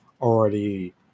already